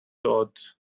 thought